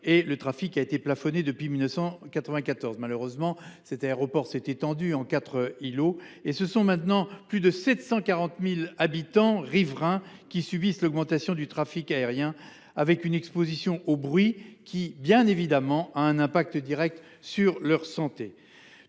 le trafic a été plafonné depuis 1994. Malheureusement, cet aéroport s’est étendu sur quatre îlots, et ce sont maintenant plus de 740 000 riverains qui subissent l’augmentation du trafic aérien, avec une exposition au bruit qui, bien évidemment, a des conséquences directes sur leur santé.